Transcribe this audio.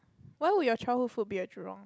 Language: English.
why would your childhood food be at Jurong